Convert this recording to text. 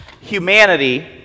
humanity